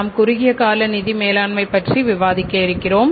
நாம் குறுகிய கால நிதி மேலாண்மை பற்றி விவாதிக்க இருக்கிறேன்